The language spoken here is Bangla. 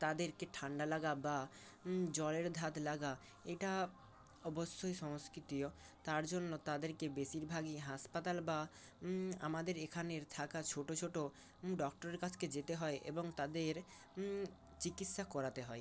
তাদেরকে ঠান্ডা লাগা বা জ্বরের ধাত লাগা এটা অবশ্যই সংস্কৃতিও তার জন্য তাদেরকে বেশিরভাগই হাসপাতাল বা আমাদের এখানের থাকা ছোটো ছোটো ডক্টরের কাছকে যেতে হয় এবং তাদের চিকিৎসা করাতে হয়